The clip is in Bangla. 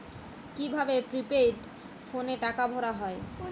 কি ভাবে প্রিপেইড ফোনে টাকা ভরা হয়?